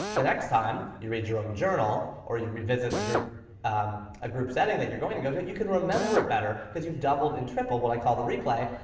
the next time you read your own journal or you revisit a group um ah group setting that you're going to go to, you can remember it better because you've doubled and tripled what i call the replay,